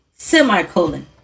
semicolon